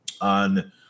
on